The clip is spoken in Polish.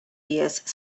jest